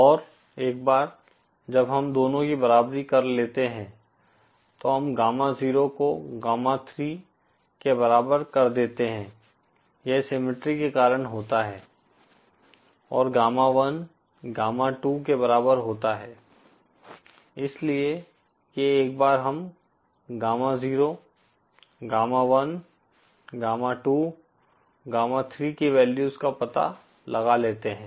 और एक बार जब हम दोनों की बराबरी कर लेते हैं तो हम गामा जीरो को गामा थ्री के बराबर कर देते हैं यह सिमिट्री के कारण होता है और गामा वन गामा टू के बराबर होता है इसलिए ये एक बार हम gamma zero gamma one gamma two gamma three की वैल्यूज का पता लगा लेते हैं